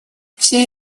все